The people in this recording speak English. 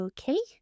Okay